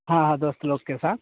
हाँ हाँ दोस्त लोग के साथ